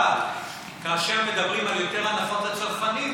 אבל כאשר מדברים על יותר הנחות לצרכנים,